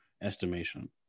estimation